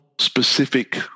specific